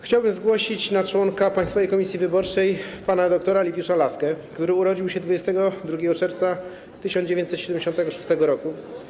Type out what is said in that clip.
Chciałbym zgłosić na członka Państwowej Komisji Wyborczej pana dr. Liwiusza Laskę, który urodził się 22 czerwca 1976 r.